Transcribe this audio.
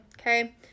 Okay